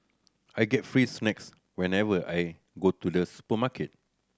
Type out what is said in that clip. I get free snacks whenever I go to the supermarket